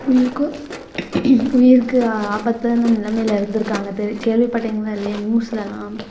உயிர்க்கு உயிருக்கு ஆபத்தான நிலைமையில் இருந்திருக்காங்க கேள்விப்பட்டீங்களா இல்லையா நியூஸ்லெல்லாம்